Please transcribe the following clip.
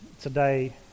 today